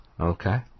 Okay